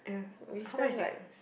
we spend like